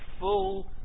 full